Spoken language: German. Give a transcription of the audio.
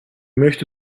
möchte